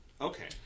Okay